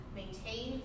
maintain